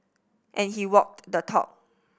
and he walked the talk